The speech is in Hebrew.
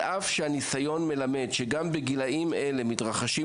על אף שהניסיון מלמד שגם בגילאים אלה מתרחשים,